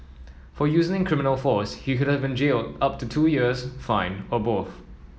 for using criminal force he could have been jailed up to two years fined or both